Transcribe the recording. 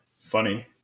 Funny